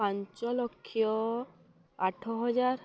ପାଞ୍ଚ ଲକ୍ଷ ଆଠ ହଜାର